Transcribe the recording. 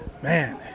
Man